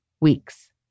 weeks